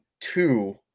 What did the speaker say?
two